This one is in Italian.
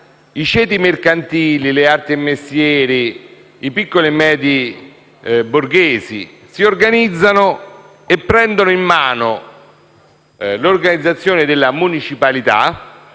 i ceti mercantili, le arti e i mestieri, i piccoli e medi borghesi si organizzano e prendono in mano la gestione della municipalità,